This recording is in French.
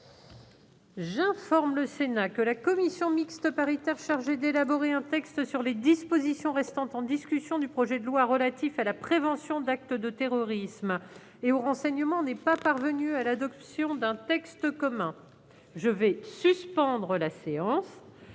J'informe le Sénat que la commission mixte paritaire chargée d'élaborer un texte sur les dispositions restant en discussion du projet de loi relatif à la prévention d'actes de terrorisme et au renseignement n'est pas parvenue à l'adoption d'un texte commun. Mes chers